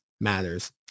matters